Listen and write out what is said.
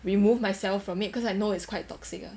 remove myself from it cause I know it's quite toxic lah